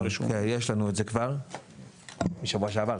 יש לנו את זה כבר משבוע שעבר.